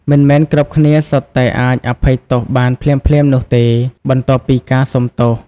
មិនមែនគ្រប់គ្នាសុទ្ធតែអាចអភ័យទោសបានភ្លាមៗនោះទេ បន្ទាប់ពីការសុំទោស។